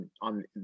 on